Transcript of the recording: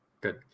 good